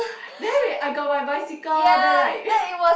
then wait I got my bicycle then like